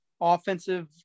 offensive